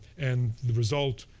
and the result